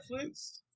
Netflix